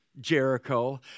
Jericho